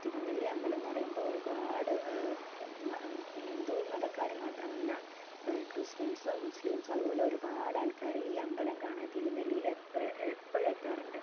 തിരുനെല്ലി അമ്പലമെന്ന് പറയുമ്പോള് ഒരുപാട് ഹിന്ദുമതക്കാര് മാത്രമല്ല ക്രിസ്ത്യൻസും മുസ്ലിംസും അതുപോലെ ഒരുപാട് ആൾക്കാര് ഈ അമ്പലം കാണാൻ തിരുനെല്ലിയില് എപ്പോഴും എത്താറുണ്ട്